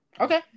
Okay